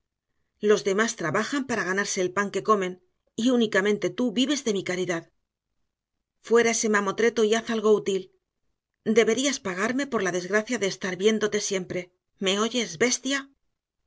los demás trabajan para ganarse el pan que comen y únicamente tú vives de mi caridad fuera ese mamotreto y haz algo útil deberías pagarme por la desgracia de estar viéndote siempre me oyes bestia